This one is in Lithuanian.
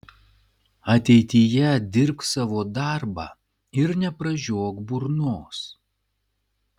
ateityje dirbk savo darbą ir nepražiok burnos